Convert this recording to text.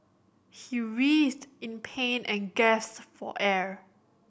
he in pain and gasped for air